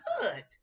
good